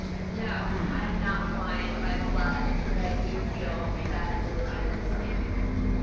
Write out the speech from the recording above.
no, i am not hawaiian by blood, but i do feel that those islands are my home.